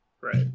Right